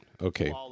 Okay